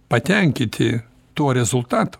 patenkiti tuo rezultatu